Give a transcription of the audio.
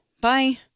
Bye